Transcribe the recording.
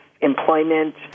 employment